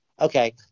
okay